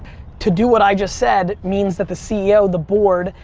to do what i just said means that the ceo, the board,